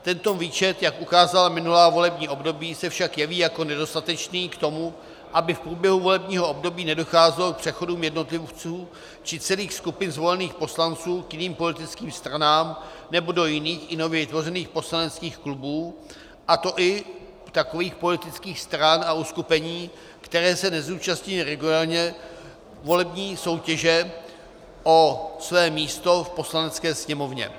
Tento výčet, jak ukázala minulá volební období, se však jeví jako nedostatečný k tomu, aby v průběhu volebního období nedocházelo k přechodům jednotlivců či celých skupin zvolených poslanců k jiným politickým stranám nebo do jiných, i nově vytvořených poslaneckých klubů, a to i takových politických stran a uskupení, které se nezúčastnily regulérně volební soutěže o své místo v Poslanecké sněmovně.